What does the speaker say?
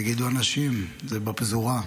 יגידו אנשים, זה בפזורה.